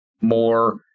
more